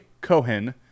Cohen